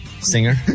Singer